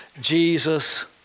Jesus